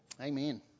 Amen